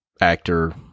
actor